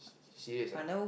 serious ah